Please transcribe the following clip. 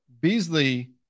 Beasley